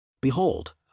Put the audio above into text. Behold